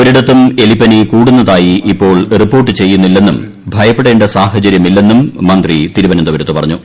ഒരിടത്തും എലിപ്പനി കൂടുന്നതായി ഇപ്പോൾ റിപ്പോർട്ടു ചെയ്യുന്നില്ലെന്നും ഭയപ്പെടേണ്ട സാഹചര്യമില്ലെന്നും മന്ത്രി തിരുവനന്തപുരത്ത് പറഞ്ഞു